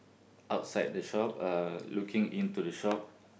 outside the shop uh looking into the shop